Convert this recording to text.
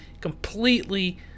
Completely